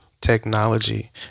Technology